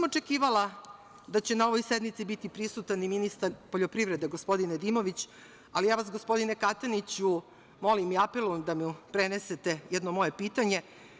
Očekivala sam da će na ovoj sednici biti prisutan i ministar poljoprivrede gospodin Nedimović, ali ja vas, gospodine Kataniću, molim i apelujem da mu prenesete jedno moje pitanje.